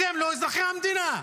אתם לא אזרחי המדינה.